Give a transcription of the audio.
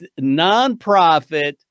nonprofit